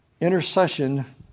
intercession